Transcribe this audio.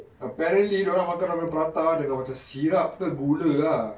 apparently dia orang makan order prata dengan macam sirap ke gula ah